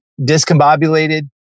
discombobulated